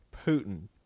Putin